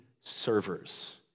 servers